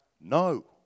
no